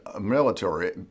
military